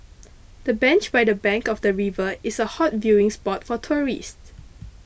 the bench by the bank of the river is a hot viewing spot for tourists